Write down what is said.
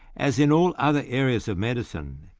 as in all other areas of medicine,